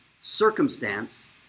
circumstance